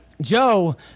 Joe